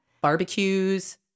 Barbecues